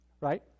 right